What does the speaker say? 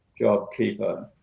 JobKeeper